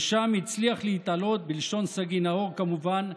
ושם הצליח להתעלות, בלשון סגי נהור, כמובן,